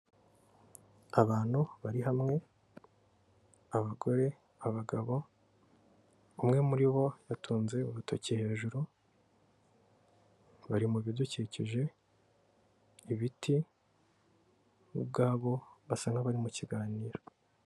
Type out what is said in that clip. Abantu bari hamwe abagore abagabo, umwe muri bo yatunze urutoki hejuru, bari mu bidukikije ibiti, bo ubwabo basa n'abari mu kiganiro.